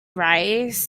rice